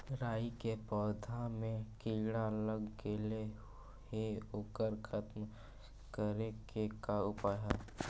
राई के पौधा में किड़ा लग गेले हे ओकर खत्म करे के का उपाय है?